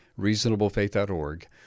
reasonablefaith.org